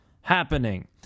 happening